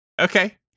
okay